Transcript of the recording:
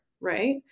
right